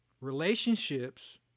relationships